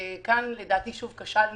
כאן לדעתי כשלנו,